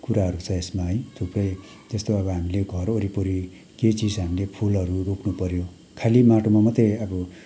कुराहरू छ यसमा है थुप्रै त्यस्तो अब हामीले घर वरिपरि केही चिज हामीले फुलहरू रोप्नु पर्यो खाली माटोमा मात्रै अब